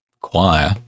choir